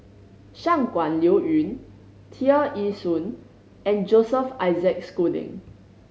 Shangguan Liuyun Tear Ee Soon and Joseph Isaac Schooling